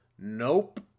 Nope